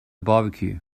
barbecue